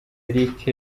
eric